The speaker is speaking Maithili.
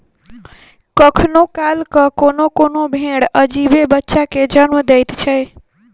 कखनो काल क कोनो कोनो भेंड़ अजीबे बच्चा के जन्म दैत छै